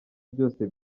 byose